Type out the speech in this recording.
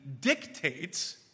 dictates